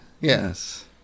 Yes